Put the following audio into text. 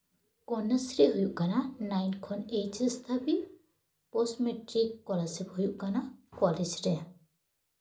ᱥᱠᱚᱱᱱᱟᱥᱨᱤ ᱦᱩᱭᱩᱜ ᱠᱟᱱᱟ ᱱᱟᱭᱤᱱ ᱠᱷᱚᱱ ᱮᱭᱤᱪ ᱮᱥ ᱫᱷᱟᱹᱵᱤᱡ ᱯᱳᱥᱴ ᱢᱮᱴᱨᱤᱠ ᱥᱠᱚᱞᱟᱨᱥᱤᱯ ᱦᱩᱭᱩᱜ ᱠᱟᱱᱟ ᱠᱚᱞᱮᱡᱽ ᱨᱮ